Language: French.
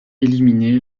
éliminée